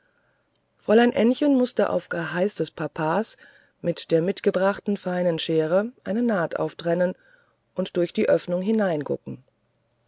fräulein ännchen mußte auf geheiß des papas mit der mitgebrachten feinen schere eine naht auftrennen und durch die öffnung